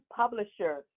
publisher